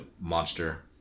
monster